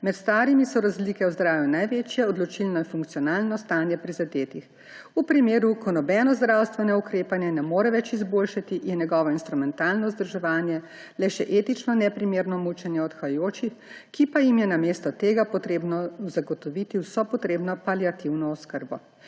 Med starimi so razlike v zdravju največje. Odločilno je funkcionalno stanje prizadetih. V primeru ko ga nobeno zdravstveno ukrepanje ne more več izboljšati, je njegovo instrumentalno vzdrževanje le še etično neprimerno mučenje odhajajočih, ki pa jim je namesto tega treba zagotoviti vso potrebno paliativno oskrbo.